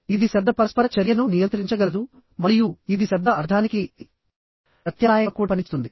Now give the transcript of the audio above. ఇది శబ్ద పరస్పర చర్యను నియంత్రించగలదు మరియు ఇది శబ్ద అర్థానికి ప్రత్యామ్నాయంగా కూడా పనిచేస్తుంది